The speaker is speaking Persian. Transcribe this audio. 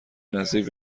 نزدیک